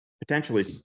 Potentially